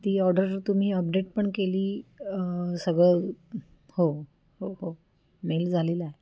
ती ऑर्डर तुम्ही अपडेट पण केली सगळं हो हो मेल झालेला आहे